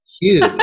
Huge